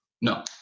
no